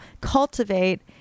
cultivate